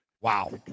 Wow